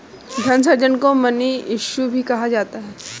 धन सृजन को मनी इश्यू भी कहा जाता है